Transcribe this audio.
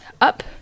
up